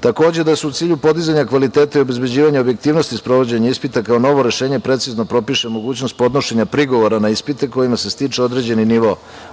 Takođe, da se u cilju podizanja kvaliteta i obezbeđivanja objektivnosti i sprovođenje ispita kao novo rešenje precizno propiše mogućnost podnošenja prigovora na ispite kojima se stiče određeni nivo obrazovanja,